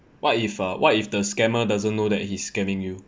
what if uh what if the scammer doesn't know that he's scamming you